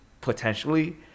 potentially